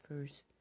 first